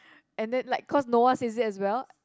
and then like cause no one says it as well